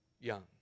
young